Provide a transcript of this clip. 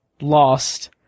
Lost